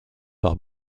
par